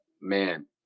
man